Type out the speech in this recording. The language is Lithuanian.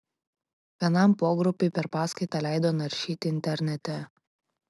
vienam pogrupiui per paskaitą leido naršyti internete